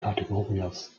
categorías